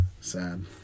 Sad